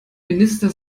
minister